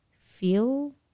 feel